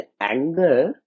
anger